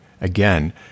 Again